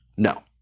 no.